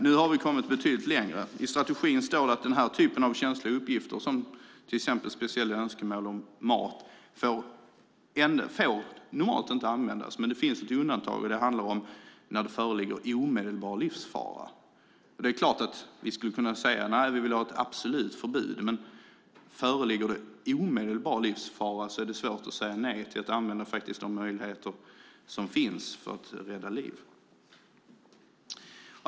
Nu har vi kommit betydligt längre. I strategin står det att den här typen av känsliga uppgifter, till exempel speciella önskemål om mat, inte får användas. Det finns ett undantag, och det är då det föreligger omedelbar livsfara. Det är klart att vi skulle kunna säga att vi vill ha ett absolut förbud. Men föreligger det omedelbar livsfara är det svårt att säga nej till att använda de möjligheter som finns för att rädda liv.